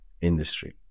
industry